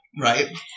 right